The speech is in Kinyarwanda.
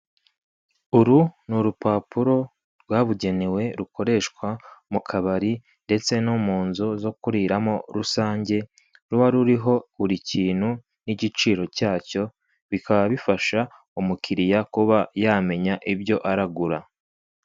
Uru ni urupapuro rwabugenewe rukoreshwa mu kabari ndetse no mu nzu zo kuriramo rusange, ruba ruriho buri kintu n'igiciro cyacyo, bikaba bifasha umukiriya kuba yamenya ibyo aragura.